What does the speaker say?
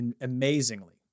amazingly